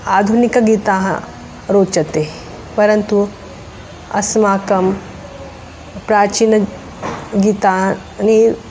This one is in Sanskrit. आधुनिकगीतानि रोचते परन्तु अस्माकं प्राचीन गीतानि